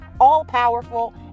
All-powerful